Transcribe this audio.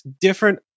different